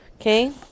Okay